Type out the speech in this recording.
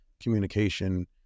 communication